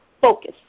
focus